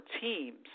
teams